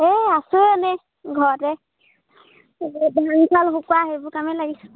এই আছোঁ এনেই ঘৰতে এই ধান চাউল শুকুৱা সেইবোৰ কামেই লাগিছোঁ